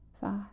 five